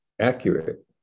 accurate